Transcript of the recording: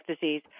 disease